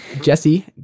Jesse